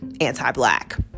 anti-black